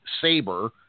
saber